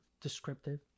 descriptive